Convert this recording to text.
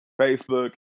Facebook